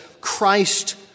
Christ